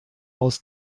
aus